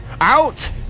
Out